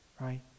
right